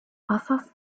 wassers